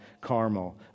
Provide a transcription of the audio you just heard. Carmel